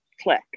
click